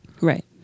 Right